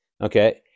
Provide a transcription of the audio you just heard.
Okay